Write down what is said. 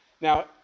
Now